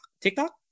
TikTok